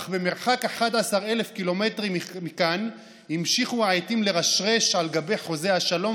אך במרחק 11,000 ק"מ מכאן המשיכו העטים לרשרש על גבי חוזי השלום,